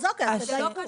אז תדייקו.